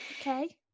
Okay